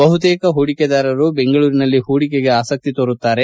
ಬಹುತೇಕ ಹೂಡಿಕೆದಾರರು ಬೆಂಗಳೂರಿನಲ್ಲಿ ಹೂಡಿಕೆಗೆ ಆಸಕ್ತಿ ತೋರುತ್ತಾರೆ